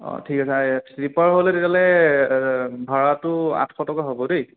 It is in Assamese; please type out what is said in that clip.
অঁ ঠিক আছে শ্লীপাৰ হ'লে তেতিয়া হলে ভাৰাটো আঠশ টকা হ'ব দেই